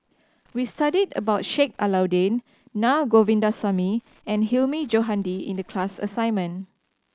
we studied about Sheik Alau'ddin Naa Govindasamy and Hilmi Johandi in the class assignment